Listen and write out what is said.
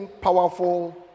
powerful